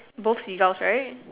both seagulls right